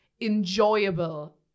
enjoyable